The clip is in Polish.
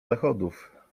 zachodów